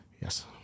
Yes